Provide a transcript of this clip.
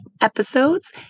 episodes